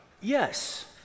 Yes